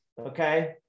Okay